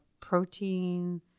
protein